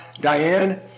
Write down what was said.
Diane